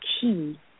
key